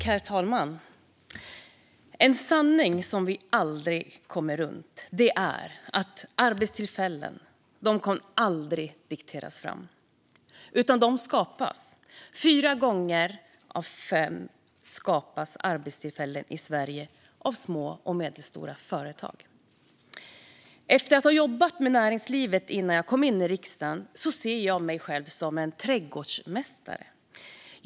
Herr talman! En sanning som vi aldrig kommer runt är att arbetstillfällen aldrig kan dikteras fram, utan de skapas. Fyra gånger av fem skapas arbetstillfällen i Sverige av små och medelstora företag. Efter att ha jobbat med näringslivet innan jag kom in i riksdagen ser jag mig själv som en trädgårdsmästare.